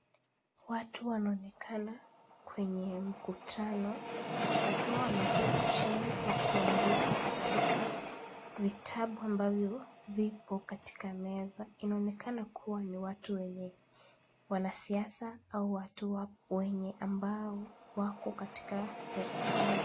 Watu wanaonekana kwenye mkutano wakiwa wameketi chini wakiandika katika vitabu ambavyo viko katika meza. Inaonekana kuwa ni watu wenye wanasiasa au watu wenye ambao wako katika serikali.